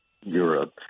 Europe